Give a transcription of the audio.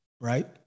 right